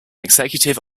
executive